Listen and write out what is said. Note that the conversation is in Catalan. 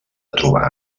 trobar